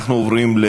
כמו כן,